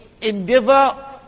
endeavor